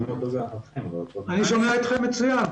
אני שומע אתכם מצוין.